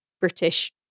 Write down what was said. British